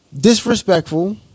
disrespectful